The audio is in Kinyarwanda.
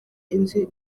inzu